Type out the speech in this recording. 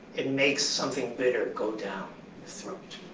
it makes something bitter go down the throat.